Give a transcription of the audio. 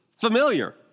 familiar